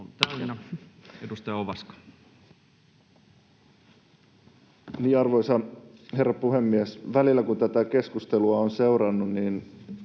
Arvoisa herra puhemies! Välillä kun tätä keskustelua on seurannut, niin